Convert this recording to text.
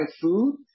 food